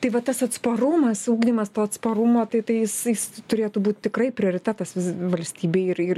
tai va tas atsparumas ugdymas to atsparumo tai tai jis jis turėtų būt tikrai prioritetas valstybei ir ir